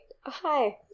Hi